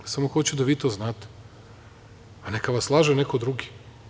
Samo hoću da vi to znate, a neka vas laže neko drugi.